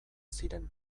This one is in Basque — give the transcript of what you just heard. ziren